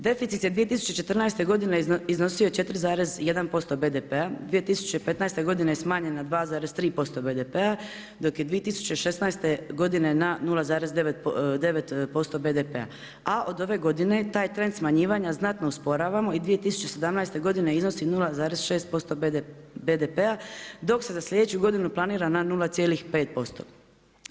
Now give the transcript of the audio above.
Deficit je 2014. godine iznosio 4,1 BDP-a, 2015. godine je smanjen a 2,3 BDP-a dok je 2016. godine na 0,9% BDP-a a od ove godine taj trend smanjivanja znatno osporavamo i 2017. godine iznosi 0,6% BDP-a dok se za slijedeću godinu planira na 0,5%